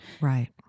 Right